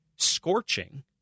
Scorching